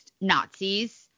Nazis